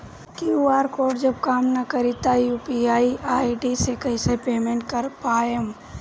QR code जब काम ना करी त यू.पी.आई आई.डी से कइसे पेमेंट कर पाएम?